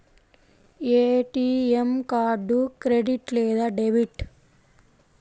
ATM card credit లేదా debit?